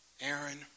Aaron